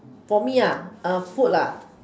for me food